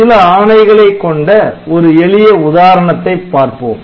சில ஆணைகளை கொண்ட ஒரு எளிய உதாரணத்தை பார்ப்போம்